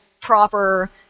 proper